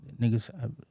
Niggas